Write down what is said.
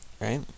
right